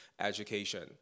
education